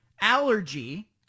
allergy